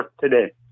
today